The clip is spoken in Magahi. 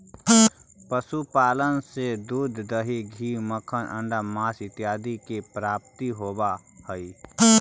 पशुपालन से दूध, दही, घी, मक्खन, अण्डा, माँस इत्यादि के प्राप्ति होवऽ हइ